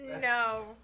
no